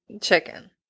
chicken